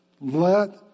Let